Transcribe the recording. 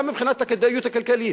גם מבחינת הכדאיות הכלכלית,